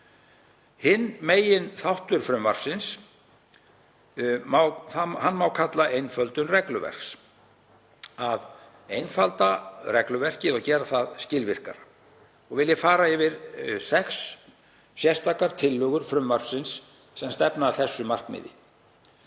Hinn meginþáttur frumvarpsins má kalla einföldun regluverks, að einfalda regluverkið og gera það skilvirkara. Vil ég fara yfir sex sérstakar tillögur frumvarpsins sem stefna að þessu markmiði.